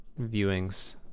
viewings